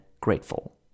grateful